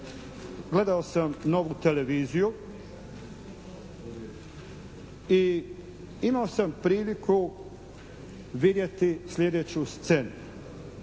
gledao sam "Novu televiziju" i imao sam priliku vidjeti sljedeću scenu.